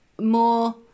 more